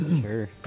Sure